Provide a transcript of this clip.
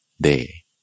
day